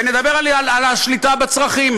ונדבר על השליטה בצרכים.